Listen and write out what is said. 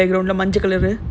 can you see no